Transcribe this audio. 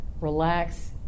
relax